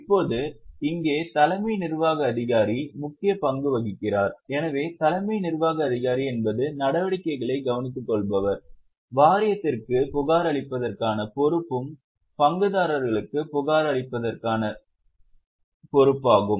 இப்போது இங்கே தலைமை நிர்வாக அதிகாரி முக்கிய பங்கு வகிக்கிறார் எனவே தலைமை நிர்வாக அதிகாரி என்பது நடவடிக்கைகளை கவனித்துக்கொள்பவர் வாரியத்திற்கு புகாரளிப்பதற்கான பொறுப்பும் பங்குதாரர்களுக்கு புகாரளிப்பதற்கான பொறுப்பாகும்